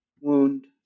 wound